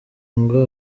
ngo